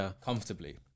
comfortably